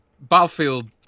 Battlefield